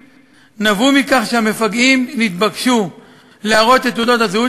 נבעו מכך שהמפגעים התבקשו להראות את תעודות הזהות